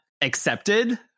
accepted